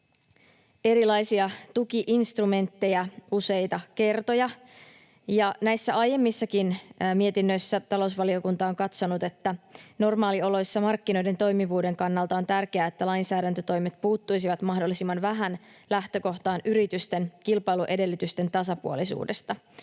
erilaisia tuki-instrumentteja useita kertoja. Aiemmissakin mietinnöissä talousvaliokunta on katsonut, että normaalioloissa markkinoiden toimivuuden kannalta on tärkeää, että lainsäädäntötoimet puuttuisivat mahdollisimman vähän lähtökohtaan yritysten kilpailuedellytysten tasapuolisuudesta.